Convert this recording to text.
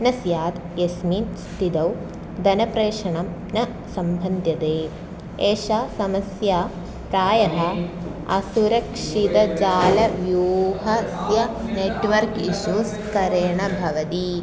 न स्यात् यस्मिन् स्थितौ धनप्रेषणं न सम्बध्यते एषा समस्या प्रायः असुरक्षितजालव्यूहस्य नेट्वर्क् इश्यूस् करेण भवति